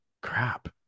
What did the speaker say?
Crap